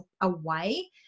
away